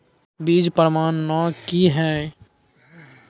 बीज प्रमाणन की हैय?